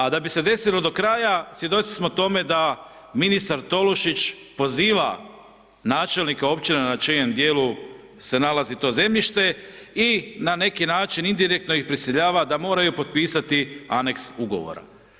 A da bi se desilo do kraja, svjedoci smo tome da ministar Tolušić poziva načelnika općine na čijem dijelu se nalazi to zemljište i na neki način indirektno ih prisiljava da moraju potpisati aneks ugovora.